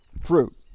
fruit